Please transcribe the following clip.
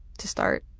to start.